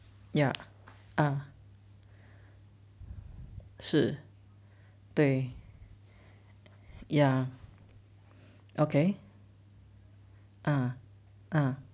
ya ah 是对 ya okay ah ah